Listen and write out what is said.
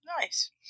Nice